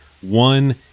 One